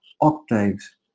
octaves